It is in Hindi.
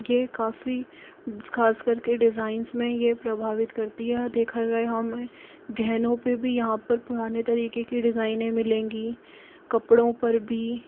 यह काफी खासकर के डिजाइंस में यह प्रभावित करती है यह देखा जाए हमें गहनों पर भी यहाँ पर पुराने तरीके की डिजाइने मिलेगी कपड़ों पर भी